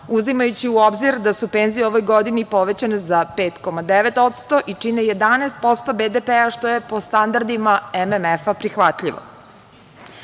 uzimajući u obzir da su penzije u ovoj godini povećane za 5,9% i čine 11% BDP što je po standardima MMF prihvatljivo. Važno